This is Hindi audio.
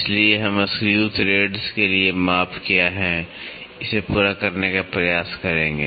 इसलिए हम स्क्रू थ्रेड्स （ screw threads）के लिए माप क्या हैं इसे पूरा करने का प्रयास करेंगे